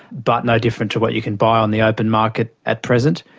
but no different to what you can buy on the open market at present.